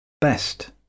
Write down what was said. best